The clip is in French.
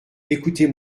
écoutez